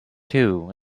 two